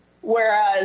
Whereas